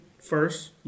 first